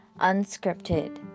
Unscripted